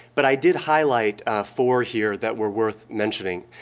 but i did highlight four here that were worth mentioning.